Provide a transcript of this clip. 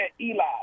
Eli